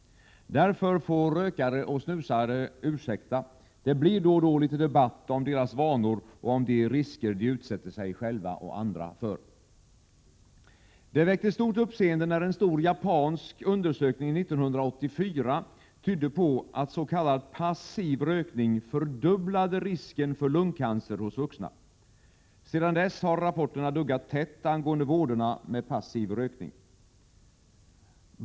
Därför får rökare och snusare ursäkta. Det blir då och då litet debatt om deras vanor och om de risker de utsätter sig själva — och andra — för. Det väckte stort uppseende när en stor japansk undersökning 1984 tydde på att s.k. passiv rökning fördubblade risken för lungcancer hos vuxna. Sedan dess har rapporterna duggat tätt angående vådorna med passiv rökning.